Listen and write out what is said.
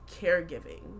caregiving